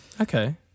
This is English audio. Okay